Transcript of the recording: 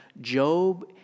Job